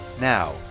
Now